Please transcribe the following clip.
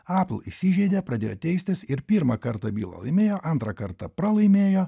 apl įsižeidė pradėjo teistis ir pirmą kartą bylą laimėjo antrą kartą pralaimėjo